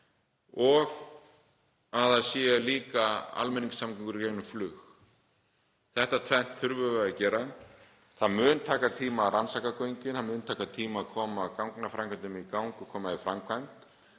og að það séu líka almenningssamgöngur í gegnum flug. Þetta tvennt þurfum við að gera. Það mun taka tíma að rannsaka göngin. Það mun taka tíma að koma gangaframkvæmdum í gang og í framkvæmd